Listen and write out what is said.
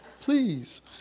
Please